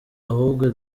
ahubwo